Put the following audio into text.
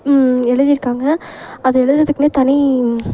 எழுதிருக்காங்க அது எழுதுறதுக்குனே தனி